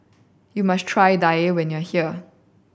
you must try Daal when you are here